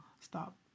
stop